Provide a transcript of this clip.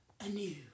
anew